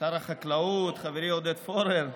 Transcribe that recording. שר החקלאות, חברי עודד פורר,